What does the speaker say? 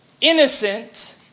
innocent